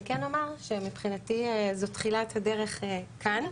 אני כן אומר שמבחינתי זו תחילת הדרך כאן,